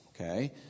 okay